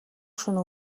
шөнө